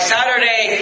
Saturday